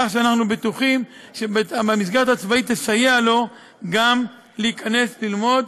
כך שאנחנו בטוחים שהמסגרת הצבאית תסייע לו להיכנס ללמוד,